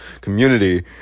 community